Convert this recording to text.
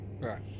Right